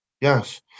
Yes